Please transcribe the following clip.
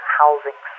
housing